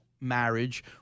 marriage